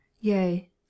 Yea